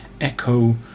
echo